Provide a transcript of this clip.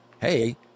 hey